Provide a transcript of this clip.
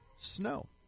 snow